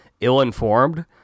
ill-informed